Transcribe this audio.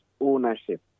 ownership